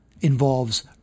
involves